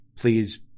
please